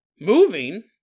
moving